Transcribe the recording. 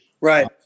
Right